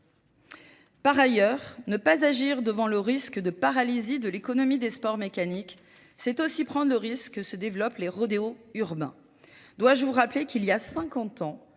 Par ailleurs, ne pas agir devant le risque de paralysie de l'économie des sports mécaniques, c'est aussi prendre le risque que se développent les rodéos urbains. Dois-je vous rappeler qu'il y a 50 ans,